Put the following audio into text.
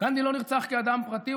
גנדי לא נרצח כאדם פרטי,